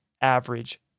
Average